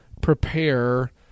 prepare